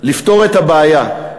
לפתור את הבעיה.